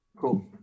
Cool